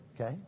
Okay